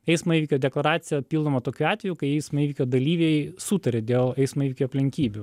eismo įvykio deklaracija pildoma tokiu atveju kai eismo įvykio dalyviai sutaria dėl eismo įvykio aplinkybių